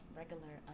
regular